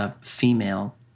female